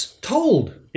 told